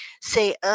say